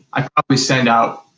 i probably send out,